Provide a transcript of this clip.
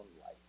life